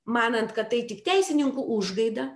manant kad tai tik teisininkų užgaida